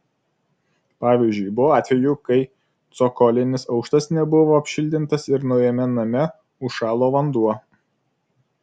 pavyzdžiui buvo atvejų kai cokolinis aukštas nebuvo apšiltintas ir naujame name užšalo vanduo